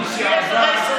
טובים.